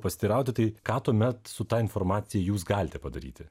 pasiteirauti tai ką tuomet su ta informacija jūs galite padaryti